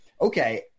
okay